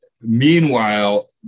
meanwhile